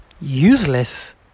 useless